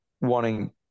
wanting